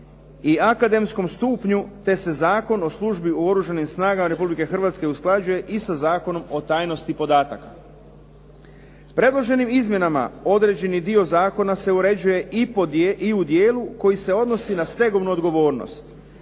i akademskom stupnju te se Zakon o službi u Oružanim snagama Republike Hrvatske usklađuje i sa Zakonom o tajnosti podataka. Predloženim izmjenama određeni dio zakona se uređuje i u dijelu koji se odnosi na stegovnu odgovornost.